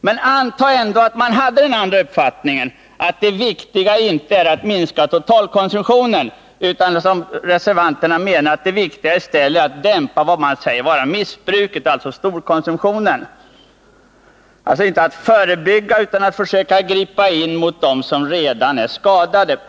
Men anta ändå att man hade den andra uppfattningen, dvs. att det viktiga inte är att minska totalkonsumtionen utan i stället att, som reservanterna anser, dämpa vad man kallar missbruket och hålla tillbaka storkonsumenter — alltså inte att förebygga utan att gripa in mot dem som redan är skadade!